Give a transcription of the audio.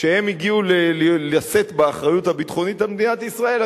כשהם הגיעו לשאת באחריות הביטחונית למדינת ישראל,